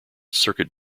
circuit